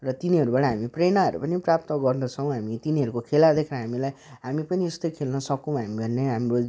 र तिनीहरूबाट हामी प्रेरणाहरू पनि प्राप्त गर्दछौँ हामी तिनीहरूको खेला देखेर हामीलाई हामी पनि यस्तो खेल्न सकुँ हामी भन्ने हाम्रो